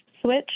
switch